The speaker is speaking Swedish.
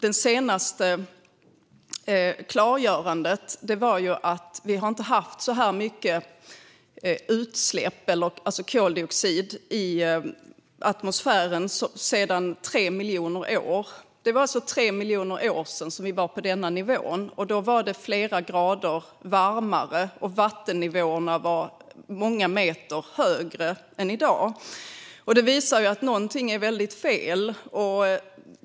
Det senaste klargörandet går ut på att vi inte har haft så här mycket koldioxid i atmosfären på 3 miljoner år. Det är alltså 3 miljoner år sedan vi var på den här nivån. Då var det flera grader varmare, och vattennivåerna var många meter högre än i dag. Det visar att någonting är väldigt fel.